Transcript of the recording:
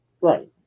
right